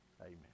amen